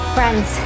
Friends